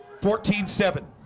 fourteen seven